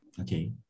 Okay